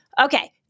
Okay